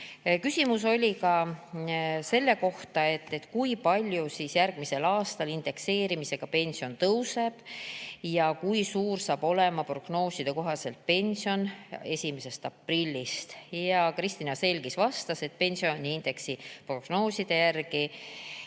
Küsimus oli ka selle kohta, kui palju pension järgmisel aastal indekseerimisega tõuseb ja kui suur saab olema prognooside kohaselt pension 1. aprillist. Kristiina Selgis vastas, et pensioniindeksi prognooside järgi